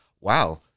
wow